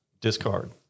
discard